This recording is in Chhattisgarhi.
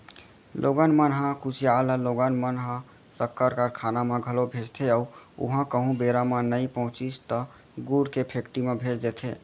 लोगन मन ह कुसियार ल लोगन मन ह सक्कर कारखाना म घलौ भेजथे अउ उहॉं कहूँ बेरा म नइ पहुँचिस त गुड़ के फेक्टरी म भेज देथे